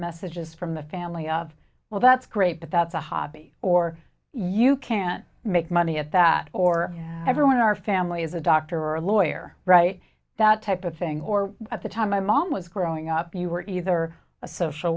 messages from the family of well that's great but that's a hobby or you can't make money at that or everyone in our family is a doctor or a lawyer right that type of thing or at the time my mom was growing up you were either a social